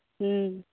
ᱦᱮᱸ